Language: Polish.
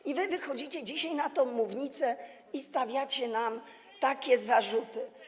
I wy wychodzicie dzisiaj na tę mównicę i stawiacie nam takie zarzuty.